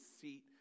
seat